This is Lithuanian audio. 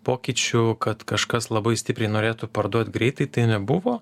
pokyčių kad kažkas labai stipriai norėtų parduot greitai tai nebuvo